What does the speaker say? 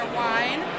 wine